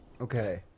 Okay